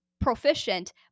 proficient